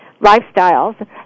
lifestyles